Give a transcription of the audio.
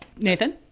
nathan